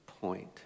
point